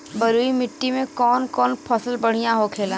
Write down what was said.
बलुई मिट्टी में कौन कौन फसल बढ़ियां होखेला?